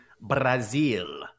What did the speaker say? Brazil